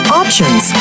options